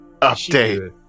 Update